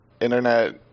internet